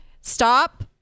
stop